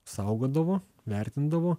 saugodavo vertindavo